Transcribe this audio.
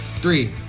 Three